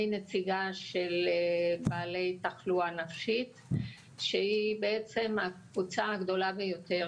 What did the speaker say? אני נציגה של בעלי תחלואה נפשית שהיא בעצם הקבוצה הגדולה ביותר